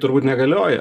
turbūt negalioja